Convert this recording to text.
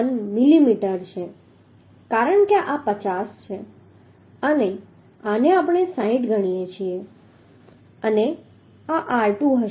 1 millimetre છે કારણ કે આ 50 છે અને આને આપણે 60 ગણીએ છીએ અને આ r2 હશે